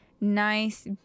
nice